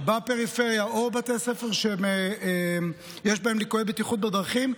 בפריפריה או בתי ספר שיש בהם ליקויי בטיחות בדרכים,